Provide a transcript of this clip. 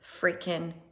freaking